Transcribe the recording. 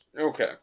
Okay